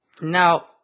Now